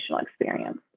experience